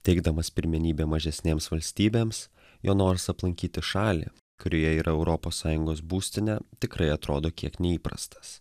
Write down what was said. teikdamas pirmenybę mažesnėms valstybėms jo noras aplankyti šalį kurioje yra europos sąjungos būstinė tikrai atrodo kiek neįprastas